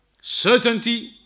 certainty